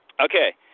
Okay